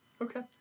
Okay